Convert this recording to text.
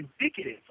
indicative